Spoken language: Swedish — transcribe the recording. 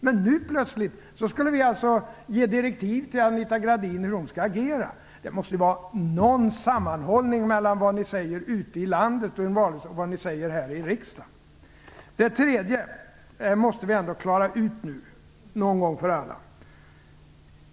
Men nu plötsligt skulle vi ge direktiv till Anita Gradin om hur hon skall agera. Det måste ju vara något samband mellan det som ni säger ute i landet under en valrörelse och det som ni säger här i riksdagen. Den tredje frågan måste vi ändå klara ut nu, en gång för alla.